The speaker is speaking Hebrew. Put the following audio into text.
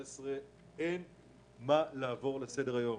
שאין לעבור לסדר היום